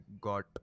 got